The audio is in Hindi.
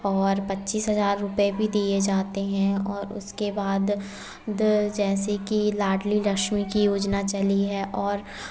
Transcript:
और पच्चीस हज़ार रुपए भी दिये जाते हैं और उसके बाद जैसे कि लाडली लक्ष्मी की योजना चली है और